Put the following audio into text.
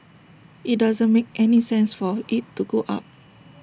IT doesn't make any sense for IT to go up